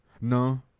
No